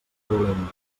dolent